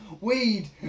Weed